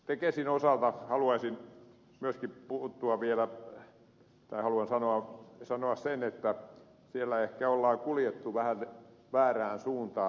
tekesin osalta haluan sanoa sen että siellä ehkä on kuljettu vähän väärään suuntaan